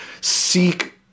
seek